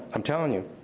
i'm telling you.